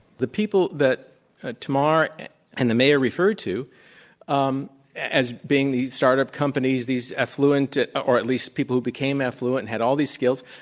the people that ah tamar and and the mayor referred to um as being these startup companies, these affluent or at least people who became affluent, had all these skills,